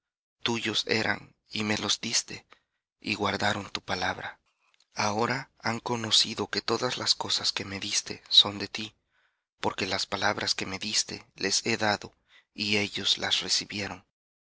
tuyos eran y me los diste y guardaron tu palabra ahora han conocido que todas las cosas que me diste son de ti porque las palabras que me diste les he dado y ellos recibieron